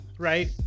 right